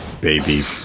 baby